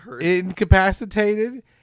incapacitated